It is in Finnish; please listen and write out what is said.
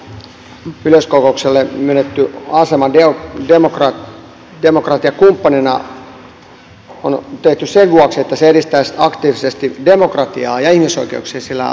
niin kuin täällä mainitaan että tämä palestiinalle yleiskokouksessa myönnetty asema demokratiakumppanina on tehty sen vuoksi että se edistäisi aktiivisesti demokratiaa ja ihmisoikeuksia sillä alueella